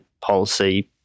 policy